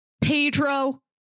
Pedro